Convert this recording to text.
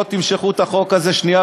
תמשכו את החוק הזה שנייה,